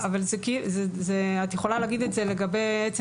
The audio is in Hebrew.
אבל את יכולה להגיד את זה לגבי עצם